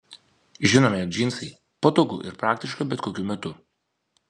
žinome jog džinsai patogu ir praktiška bet kokiu metu